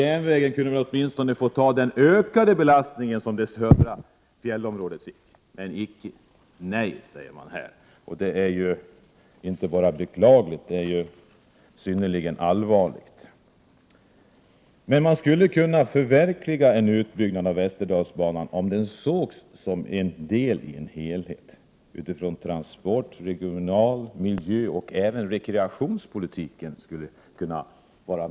Järnvägen kunde väl åtminstone få ta över den ökning av trafikbelastningen som skedde i det södra fjällområdet — men icke. Man säger nej till detta, och det är inte bara beklagligt utan synnerligen allvarligt. Men man skulle kunna förverkliga en utbyggnad av Västerdalsbanan om den sågs som en del i en helhet, där transport-, regional-, miljöoch även rekreationspolitiken vägdes in.